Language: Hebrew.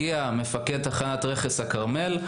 הגיע מפקד תחנת רכס הכרמל.